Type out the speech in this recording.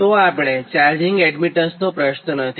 તોઆપણે charging એડમીટન્સનો પ્રશ્ન નથી